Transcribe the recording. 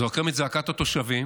זועקים את זעקת התושבים,